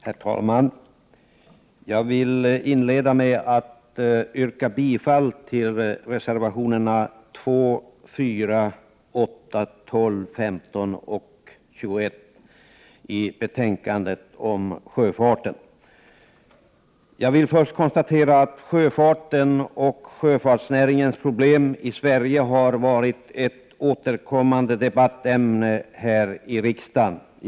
Herr talman! Jag vill inleda med att yrka bifall till reservationerna 2, 4, 8, 12, 15 och 21 i betänkandet om sjöfarten. Sjöfarten och sjöfartsnäringens problem i Sverige har i olika sammanhang varit ett återkommande debattämne här i riksdagen.